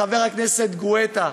לחבר הכנסת גואטה,